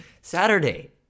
Saturday